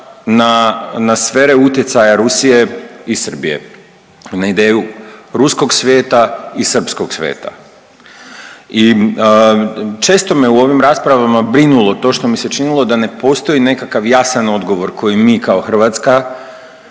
na sfere utjecaja Rusije i Srbije, na ideju ruskog sveta i srpskog sveta. I često me u ovim raspravama brinulo to što mi se činilo da ne postoji nekakav jasan odgovor koji mi kao Hrvatska